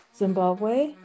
Zimbabwe